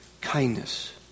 kindness